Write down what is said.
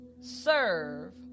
serve